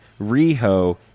Riho